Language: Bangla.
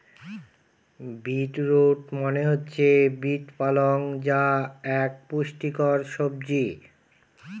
বিট রুট মনে হচ্ছে বিট পালং যা এক পুষ্টিকর সবজি